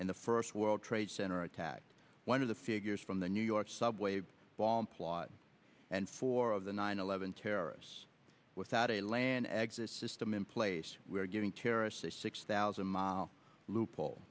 in the first world trade center attack one of the figures from the new york subway bomb plot and four of the nine eleven terrorists without a lan exit system in place were giving terrorists a six thousand mile loophole